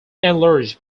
enlarged